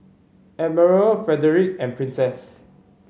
Admiral Frederic and Princess